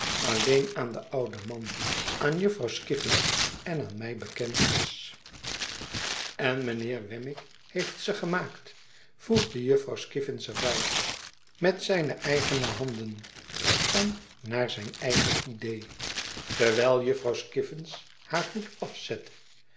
alleen aan den ouden man aan jufvrouw skiffins en aan mij bekend is en mijnheer wemmick heeft ze gemaakt voegde jufvrouw skiffins er bij met zijne eigene handen en naar zijn eigen idee terwijl jufvrouw skiffins haar hoed afzette